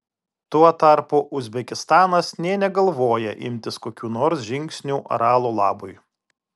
tuo tarpu uzbekistanas nė negalvoja imtis kokių nors žingsnių aralo labui